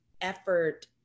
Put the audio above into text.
effort